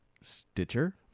Stitcher